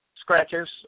scratches